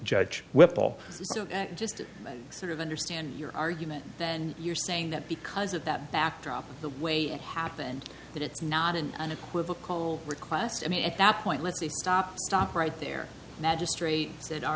judge whipple so just sort of understand your argument then you're saying that because of that backdrop the way it happened that it's not an unequivocal request i mean at that point let's stop stop right there magistrate said all